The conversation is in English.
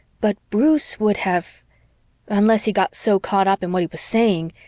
but bruce would have unless he got so caught up in what he was saying.